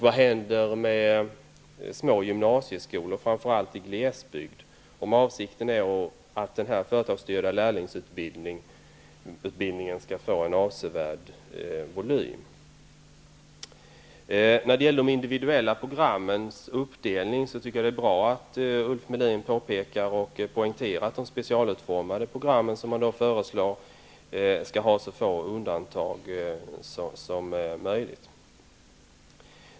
Vad händer med små gymnasieskolor, framför allt i glesbygd, om avsikten är att den företagsstyrda lärlingsutbildningen skall få en avsevärd volym? När det gäller de individuella programmens uppdelning tycker jag att det är bra att Ulf Melin påpekar och poängterar att de specialutformade programmen som har föreslagits skall ha så få undantag som möjligt.